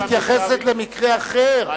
סעיף (ב) מתייחס למקרה אחר,